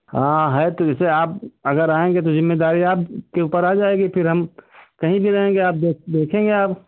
हाँ है तो जैसे आप अगर आएंगे तो ज़िम्मेदारी आपके ऊपर आ जाएगी फिर हम हम कहीं भी रहेंगे आप देखेंगे आप